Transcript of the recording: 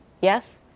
Yes